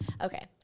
Okay